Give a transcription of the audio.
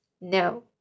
No